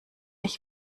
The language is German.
ich